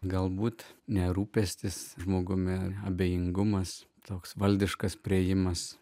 galbūt ne rūpestis žmogumi abejingumas toks valdiškas priėjimas